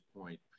point